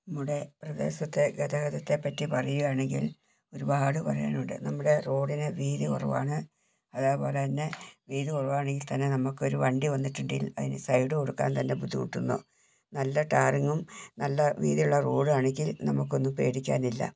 നമ്മുടെ പ്രദേശത്തെ ഗതാഗതത്തേ പറ്റി പറയുവാണെങ്കിൽ ഒരുപാട് പറയാനുണ്ട് നമ്മുടെ റോഡിന് വീതി കുറവാണ് അതേപോലെതന്നെ വീതി കുറവാണെങ്കിൽ തന്നെ നമുക്കൊരു വണ്ടി വന്നിട്ടുണ്ടേൽ അതിന് സൈഡ് കൊടുക്കാൻ തന്നെ ബുദ്ധിമുട്ടുന്നു നല്ല ടാറിങ്ങും നല്ല വീതിയുള്ള റോഡുവാണെങ്കിൽ നമുക്കൊന്നും പേടിക്കാനില്ല